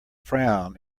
frown